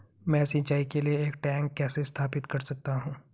मैं सिंचाई के लिए एक टैंक कैसे स्थापित कर सकता हूँ?